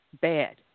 bad